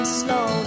slow